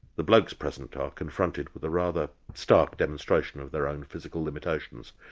the blokes present are confronted with a rather stark demonstration of their own physical limitations.